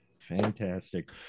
Fantastic